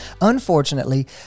unfortunately